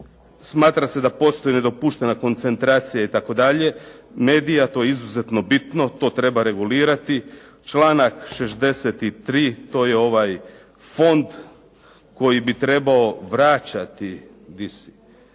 "smatra se da postoji nedopuštena koncentracija itd. medija". To je izuzetno bitno, to treba regulirati. Članak 63., to je ovaj fond koji bi trebao vraćati